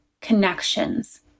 connections